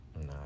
No